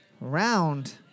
round